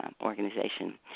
organization